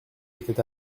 était